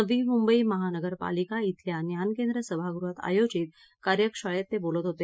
नवी मुंबई महानगरपालिका खिल्या ज्ञान केंद्र सभागृहात आज आयोजित कार्यशाळेत ते बोलत होते